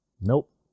Nope